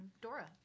Dora